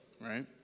right